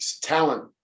talent